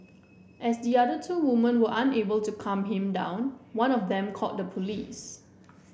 as the other two women were unable to calm him down one of them called the police